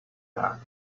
that